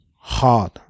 hard